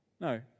No